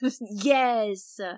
Yes